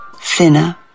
thinner